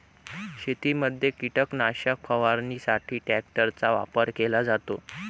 शेतीमध्ये कीटकनाशक फवारणीसाठी ट्रॅक्टरचा वापर केला जातो